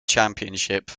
championship